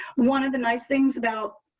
one of the nice things about